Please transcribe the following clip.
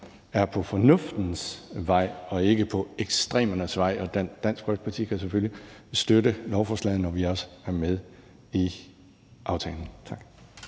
er på fornuftens vej og ikke på ekstremernes vej. Og Dansk Folkeparti kan selvfølgelig støtte lovforslaget, når vi også er med i aftalen. Tak.